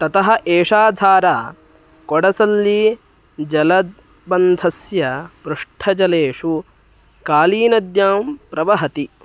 ततः एषा धारा कोडसल्लीजलबन्धस्य पृष्ठजलेषु कालीनद्यां प्रवहति